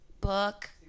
book